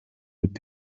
mit